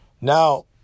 Now